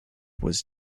was